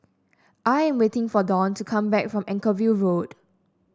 I am waiting for Dwane to come back from Anchorvale Road